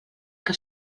que